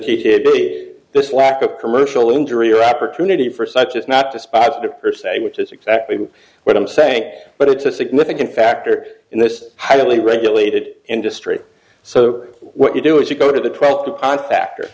v this lack of commercial injury or opportunity for such is not dispositive per se which is exactly what i'm saying but it's a significant factor in this highly regulated industry so what you do is you go to the twelfth upon factor